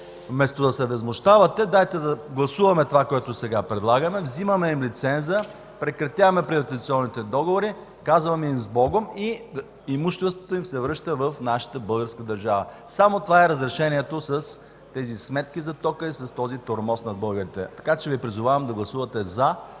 Вместо да се възмущавате, дайте да гласуваме това, което сега предлагаме – вземаме им лиценза, прекратяваме приватизационните договори, казваме им „сбогом” и имуществото им се връща в нашата българска държава! Само това е разрешението с тези сметки за тока и с този тормоз над българите. Така че Ви призовавам да гласувате „за”,